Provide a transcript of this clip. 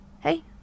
hey